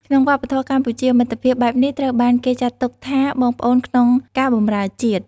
ក្នុងវប្បធម៌កម្ពុជា មិត្តភាពបែបនេះត្រូវបានគេចាត់ទុកថា “បងប្អូនក្នុងការបម្រើជាតិ”។